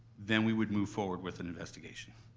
then we would move forward with an investigation.